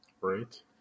Right